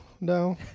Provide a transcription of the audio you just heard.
no